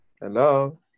Hello